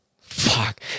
Fuck